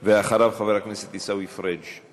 אחריו, חבר הכנסת עיסאווי פריג'.